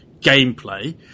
gameplay